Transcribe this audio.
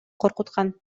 коркуткан